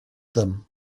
them